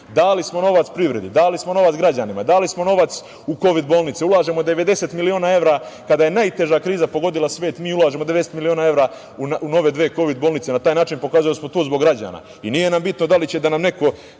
Dali smo novac privredi, dali smo novac građanima, dali smo novac u kovid bolnice. Ulažemo 90 miliona evra, kada je najteža kriza pogodila svet mi ulažemo 90 miliona evra u nove dve kovid bolnice. Na taj način pokazujemo da smo tu zbog građana. Nije nam bitno da li će da nam neko